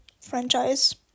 franchise